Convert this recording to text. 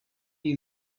you